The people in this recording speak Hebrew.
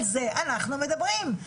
על זה אנחנו מדברים.